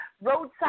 roadside